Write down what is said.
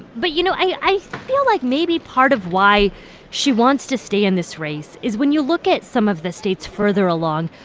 but, you know, i feel like maybe part of why she wants to stay in this race is when you look at some of the states further along,